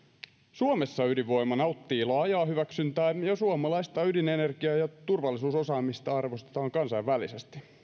suomessa ydinvoima nauttii laajaa hyväksyntää ja suomalaista ydinenergiaa ja turvallisuusosaamista arvostetaan kansainvälisesti